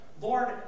Lord